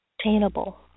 attainable